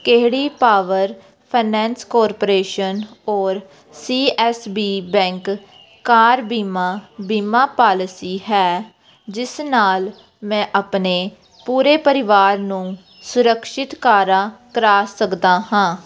ਕਿਹੜੀ power finance corporation or C S B bank car ਬੀਮਾ ਬੀਮਾ ਪਾਲਿਸੀ ਹੈ ਜਿਸ ਨਾਲ ਮੈਂ ਆਪਣੇ ਪੂਰੇ ਪਰਿਵਾਰ ਨੂੰ ਸੁਰਿਕਸ਼ਿਤ ਕਾਰਾ ਕਰਾ ਸਕਦਾ ਹਾਂ